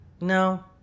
No